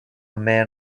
man